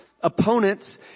opponents